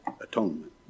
atonement